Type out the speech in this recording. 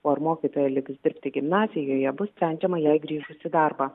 o ar mokytoja liks dirbti gimnazijoje bus sprendžiama jai grįžus į darbą